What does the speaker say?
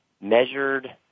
measured